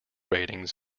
rating